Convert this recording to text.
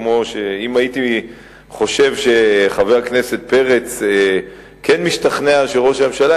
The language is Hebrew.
כמו שאם הייתי חושב שחבר הכנסת פרץ כן משתכנע לגבי ראש הממשלה,